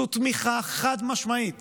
זו תמיכה חד-משמעית